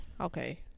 Okay